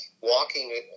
walking